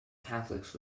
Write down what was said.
catholics